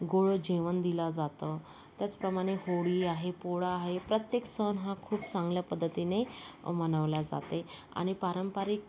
गोड जेवण दिला जातं त्याचप्रमाणे होळी आहे पोळा आहे प्रत्येक सण हा खूप चांगल्या पद्धतीने मनवला जाते आणि पारंपरिक